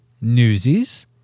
Newsies